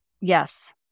yes